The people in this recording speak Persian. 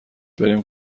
بریم